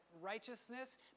righteousness